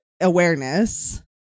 awareness